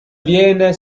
viene